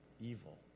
evil